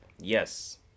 yes